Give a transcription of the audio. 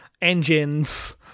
engines